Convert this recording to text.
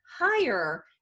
higher